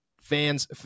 fans